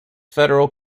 federal